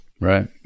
Right